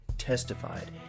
testified